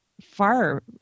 far